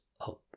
up